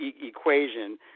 equation